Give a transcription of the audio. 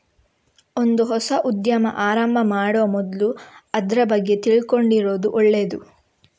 ಒಂದು ಹೊಸ ಉದ್ಯಮ ಆರಂಭ ಮಾಡುವ ಮೊದ್ಲು ಅದ್ರ ಬಗ್ಗೆ ತಿಳ್ಕೊಂಡಿರುದು ಒಳ್ಳೇದು